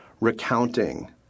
recounting